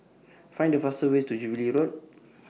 Find The fastest Way to Jubilee Road